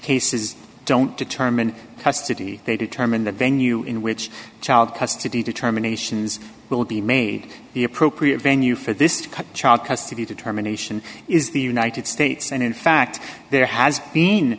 cases don't determine custody they determine the venue in which child custody determinations will be made the appropriate venue for this to cut child custody determination is the united states and in fact there has been